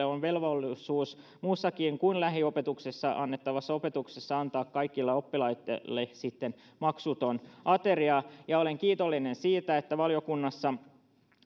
on velvollisuus muussakin kuin lähiopetuksessa annettavassa opetuksessa antaa kaikille oppilaille maksuton ateria olen kiitollinen siitä että valiokunnassa